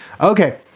Okay